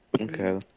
Okay